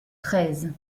treize